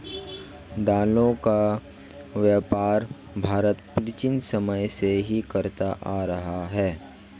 दालों का व्यापार भारत प्राचीन समय से ही करता आ रहा है